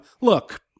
Look